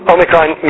Omicron